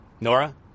Nora